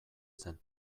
zen